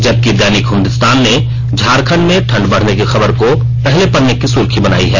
जबकि दैनिक हिन्दुस्तान ने झारखंड में ठंड बढ़ने की खबर को पहले पन्ने की सुर्खी बनाई है